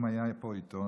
אם היה פה עיתון,